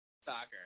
soccer